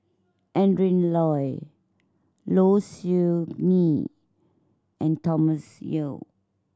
Adrin Loi Low Siew Nghee and Thomas Yeo